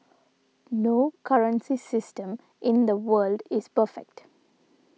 no currency system in the world is perfect